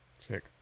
Sick